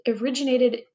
originated